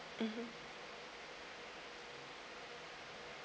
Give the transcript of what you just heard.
mmhmm